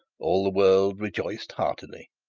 all the world rejoiced heartily.